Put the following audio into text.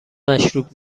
مشروب